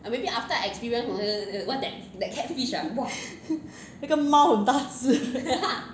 那个猫很大只